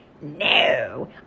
No